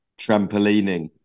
Trampolining